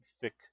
thick